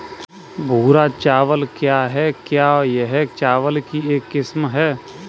भूरा चावल क्या है? क्या यह चावल की एक किस्म है?